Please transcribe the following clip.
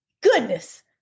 goodness